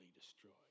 destroyed